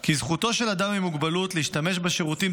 כי זכותו של אדם עם מוגבלות להשתמש בשירותים